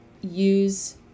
use